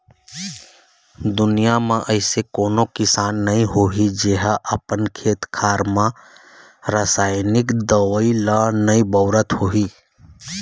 दुनिया म अइसे कोनो किसान नइ होही जेहा अपन खेत खार म रसाइनिक दवई ल नइ बउरत होही